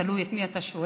תלוי את מי אתה שואל,